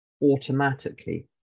Automatically